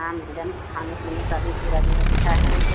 हाँ मैडम खाने पीने का भी पूरा व्यवस्था है